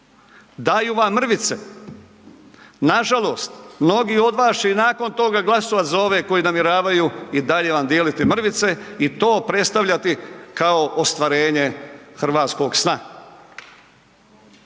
daju vam mrvice. Nažalost, mnogi od vas će i nakon toga glasovat za ove koji namjeravaju i dalje vam dijeliti mrvice i to predstavljati kao ostvarenje hrvatskog sna.